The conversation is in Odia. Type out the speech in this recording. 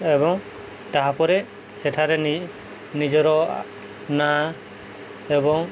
ଏବଂ ତାହାପରେ ସେଠାରେ ନିଜର ନାଁ ଏବଂ